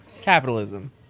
Capitalism